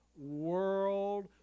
world